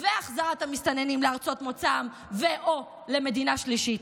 והחזרת המסתננים לארצות מוצאם או למדינה שלישית.